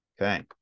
Okay